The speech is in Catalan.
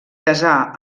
casà